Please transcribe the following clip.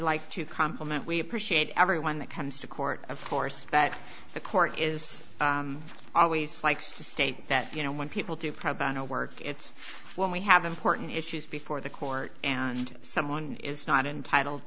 like to compliment we appreciate every one that comes to court of course but the court is always likes to state that you know when people do pro bono work it's when we have important issues before the court and someone is not entitled